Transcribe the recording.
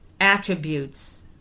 attributes